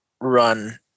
run